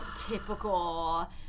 typical